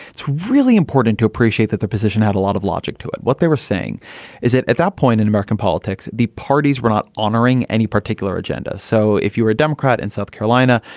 it's really important to appreciate that the position had a lot of logic to it. what they were saying is that at that point in american politics, the parties were not honoring any particular agenda. so if you were a democrat in south carolina,